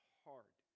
hard